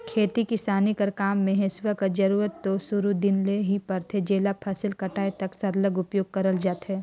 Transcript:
खेती किसानी कर काम मे हेसुवा कर जरूरत दो सुरू दिन ले ही परथे जेला फसिल कटाए तक सरलग उपियोग करल जाथे